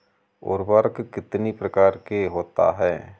उर्वरक कितनी प्रकार के होता हैं?